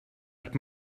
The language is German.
hat